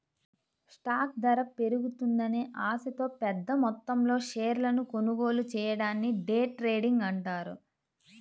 stock ధర పెరుగుతుందనే ఆశతో పెద్దమొత్తంలో షేర్లను కొనుగోలు చెయ్యడాన్ని డే ట్రేడింగ్ అంటారు